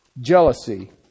jealousy